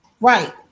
Right